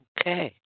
Okay